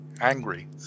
angry